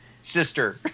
sister